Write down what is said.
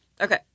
Okay